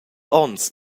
onns